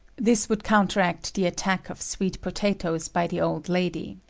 this would counteract the attack of sweet potatoes by the old lady.